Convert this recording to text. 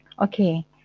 Okay